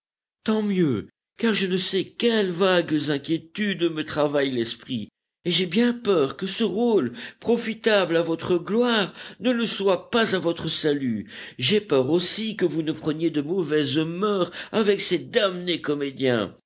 tant mieux car je ne sais quelles vagues inquiétudes me travaillent l'esprit et j'ai bien peur que ce rôle profitable à votre gloire ne le soit pas à votre salut j'ai peur aussi que vous ne preniez de mauvaises mœurs avec ces damnés comédiens